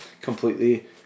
completely